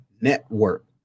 Network